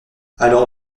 alors